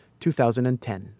2010